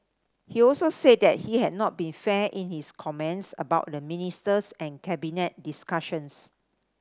he also said that he had not been fair in his comments about the ministers and Cabinet discussions